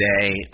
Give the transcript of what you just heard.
today